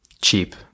Cheap